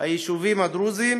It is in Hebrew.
היישובים הדרוזיים,